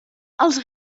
els